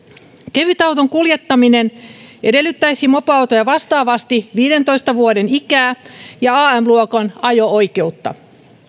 kevytauton kuljettaminen edellyttäisi mopoautoja vastaavasti viidentoista vuoden ikää ja am luokan ajo oikeutta